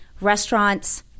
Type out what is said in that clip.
restaurants